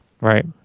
Right